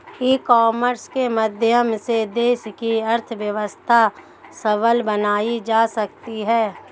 ई commerce के माध्यम से देश की अर्थव्यवस्था सबल बनाई जा सकती है